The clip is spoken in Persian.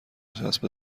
چسب